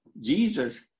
Jesus